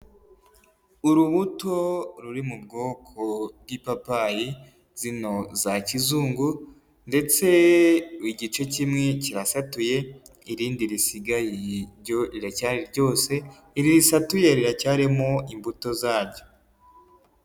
Urubuto ruri mu bwoko bw'ipapayi zino za kizungu ndetse igice kimwe kirasatuye, irindi risigaye ryo tiracyari ryose irisatuye riracyarimo imbuto zaryo.